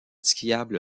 skiable